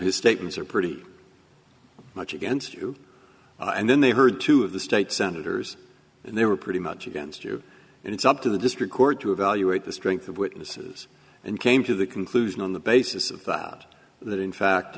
his statements are pretty much against you and then they heard two of the state senators and they were pretty much against you and it's up to the district court to evaluate the strength of witnesses and came to the conclusion on the basis of thought that in fact